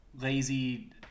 lazy